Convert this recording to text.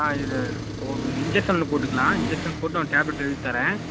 ஆ இது ஒரு இன்ஜெக்ஷன் ஒன்று போட்டுக்கலாம் இன்ஜெக்ஷன் போட்டு உங்களுக்கு டேப்லெட் எழுதித்தரேன்